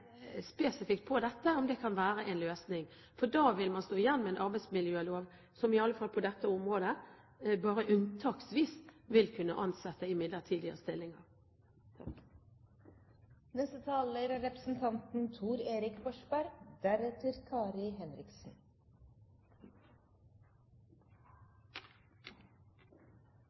spesifikt på om det kan være en løsning. Da vil man stå igjen med en arbeidsmiljølov som i alle fall på dette området bare unntaksvis vil kunne ansette i midlertidige stillinger. Det er